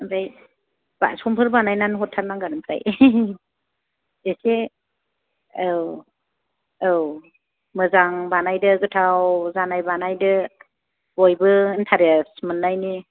ओमफ्राय समफोर बानायनानै हरथारनांगोन ओमफ्राय एसे औ औ मोजां बानायदो गोथाव जानाय बानायदो बयबो इन्टारेस्ट मोननायनि